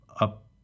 up